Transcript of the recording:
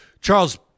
charles